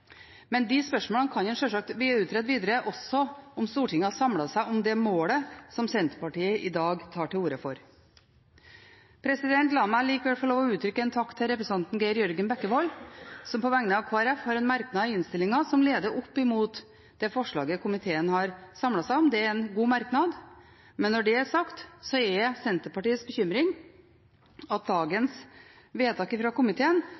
Men disse spørsmålene kunne en selvsagt ha utredet videre også om Stortinget hadde samlet seg om det målet som Senterpartiet i dag tar til orde for. La meg likevel få lov å uttrykke en takk til representanten Geir Jørgen Bekkevold, som på vegne av Kristelig Folkeparti har en merknad i innstillingen som leder opp mot det forslaget til vedtak komiteen har samlet seg om. Det er en god merknad. Men når det er sagt, er Senterpartiets bekymring at forslaget til vedtak fra komiteen